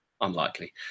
Unlikely